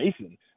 Mason